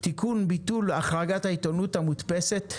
(תיקון - ביטול החרגת העיתונות המודפסת),